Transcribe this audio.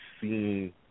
seeing